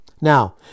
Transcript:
now